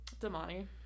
Damani